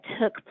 took